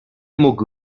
mógł